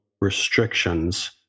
restrictions